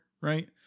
Right